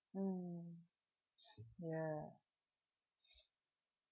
mm ya